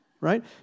right